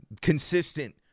consistent